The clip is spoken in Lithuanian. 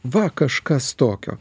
va kažkas tokio